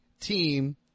team